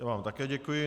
Já vám také děkuji.